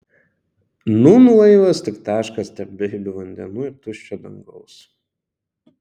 nūn laivas tik taškas tarp beribių vandenų ir tuščio dangaus